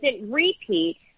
repeat